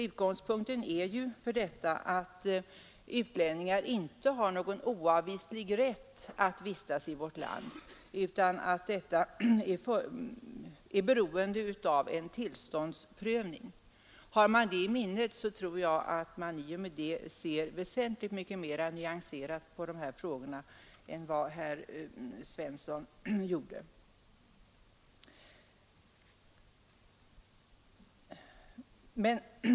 Utgångspunkten är ju att utlänningar inte har någon oavvislig rätt att vistas i vårt land utan att denna rätt är beroende av en tillståndsprövning. Har man det i minnet, tror jag att man ser väsentligt mycket mera nyanserat på de här frågorna än herr Svensson gjorde.